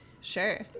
Sure